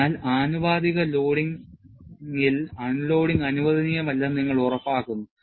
അതിനാൽ ആനുപാതിക ലോഡിംഗിൽ അൺലോഡിംഗ് അനുവദനീയമല്ലെന്ന് നിങ്ങൾ ഉറപ്പാക്കുന്നു